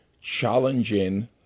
challenging